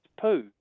Pooh